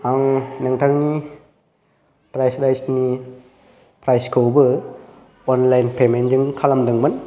आं नोंथांनि fried rice नि प्राइस खौबो अनलाइन पेमेन्ट जों खालामदोंमोन